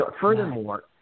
Furthermore